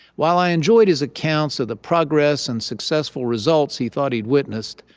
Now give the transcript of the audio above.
while i enjoyed his accounts of the progress and successful results he thought he'd witnessed,